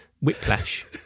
whiplash